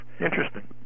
Interesting